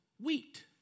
wheat